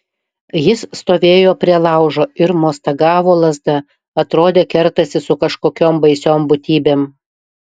jis stovėjo prie laužo ir mostagavo lazda atrodė kertasi su kažkokiom baisiom būtybėm